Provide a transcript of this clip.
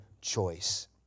choice